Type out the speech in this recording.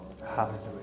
Hallelujah